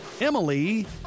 Emily